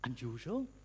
Unusual